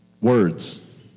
words